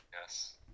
Yes